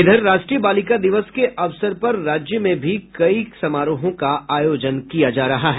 इधर राष्ट्रय बालिका दिवस के अवसर पर राज्य में कई समारोह का आयोजन किया जा रहा है